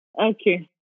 Okay